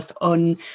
on